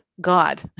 God